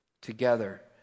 together